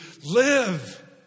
live